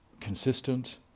consistent